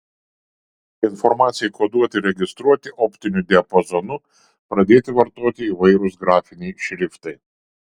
informacijai koduoti ir registruoti optiniu diapazonu pradėti vartoti įvairūs grafiniai šriftai